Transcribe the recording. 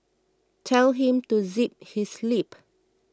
tell him to zip his lip